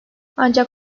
ancak